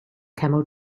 camel